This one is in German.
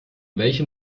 welchem